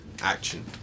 action